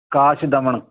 ਕਾਸ਼ ਦਮਨ